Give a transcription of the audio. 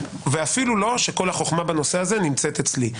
ואפילו לא שכל החוכמה בנושא הזה נמצאת אצלי.